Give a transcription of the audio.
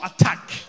attack